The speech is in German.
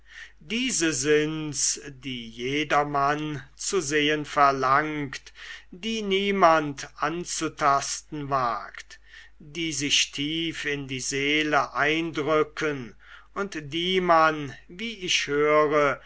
diese sind's die jedermann zu sehen verlangt die niemand anzutasten wagt die sich tief in die seele eindrücken und die man wie ich höre